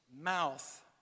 mouth